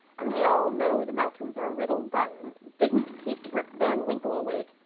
and we all know the mountains are riddled by em, didn't keep rip van winkle awake,